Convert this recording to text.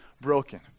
broken